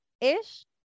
ish